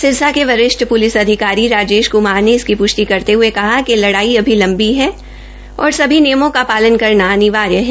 सिरसा के वरिष्ठ प्लिस अधिकारी राजेश क्मार ने इसकी प्ष्टि करते हये कहा कि लड़ाई अभी लंबी है और सभी नियमों का शालन करना अनिवार्य है